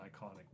iconic